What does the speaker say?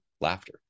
laughter